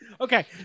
Okay